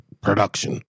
production